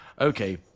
okay